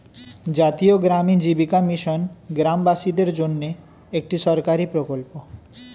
জাতীয় গ্রামীণ জীবিকা মিশন গ্রামবাসীদের জন্যে একটি সরকারি প্রকল্প